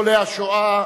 ניצולי השואה